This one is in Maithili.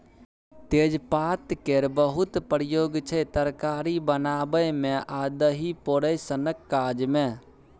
तेजपात केर बहुत प्रयोग छै तरकारी बनाबै मे आ दही पोरय सनक काज मे